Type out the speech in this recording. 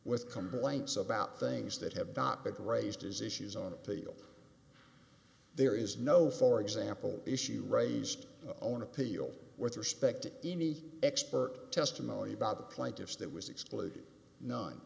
with complaints about things that have not been raised as issues on appeal there is no for example issue raised own appeal with respect to any expert testimony about the plaintiffs that was excluded nine